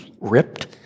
ripped